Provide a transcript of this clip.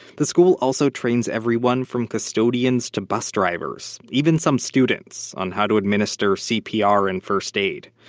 the school also trains everyone from custodians to bus drivers, even some students, on how to administer cpr and first aid.